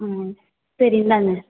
ம் ம் சரி இந்தாங்க